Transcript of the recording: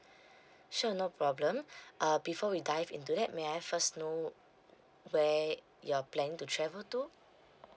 sure no problem uh before we dive into that may I first know where you're planning to travel to